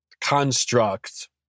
construct